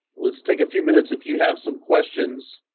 let's take a few minutes if you have some questions